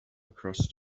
across